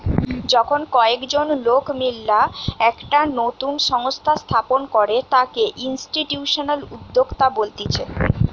যখন কয়েকজন লোক মিললা একটা নতুন সংস্থা স্থাপন করে তাকে ইনস্টিটিউশনাল উদ্যোক্তা বলতিছে